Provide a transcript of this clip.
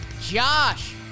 Josh